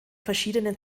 verschiedenen